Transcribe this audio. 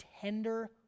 tender